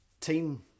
team